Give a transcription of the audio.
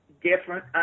different